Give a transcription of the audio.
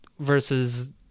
versus